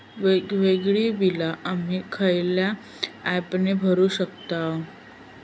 वेगवेगळी बिला आम्ही खयल्या ऍपने भरू शकताव?